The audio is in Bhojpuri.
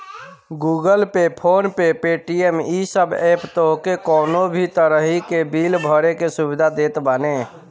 Google pay, phone pay, Paytm इ सब एप्प तोहके कवनो भी तरही के बिल भरे के सुविधा देत बाने